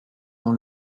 dans